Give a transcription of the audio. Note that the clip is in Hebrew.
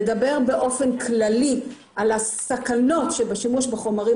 לדבר באופן כללי על הסכנות שבשימוש בחומרים